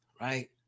right